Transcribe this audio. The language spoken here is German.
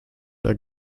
der